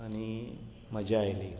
आनी मजा आयली